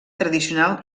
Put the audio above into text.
tradicional